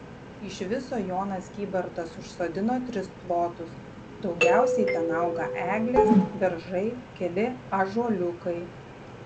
iš viso jonas kybartas užsodino tris plotus daugiausiai ten auga eglės beržai keli ąžuoliukai